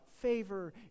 favor